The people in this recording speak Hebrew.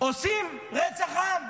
עושים רצח עם.